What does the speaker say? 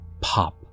pop